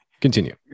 continue